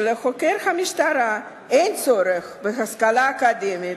שלחוקר המשטרה אין צורך בהשכלה אקדמית,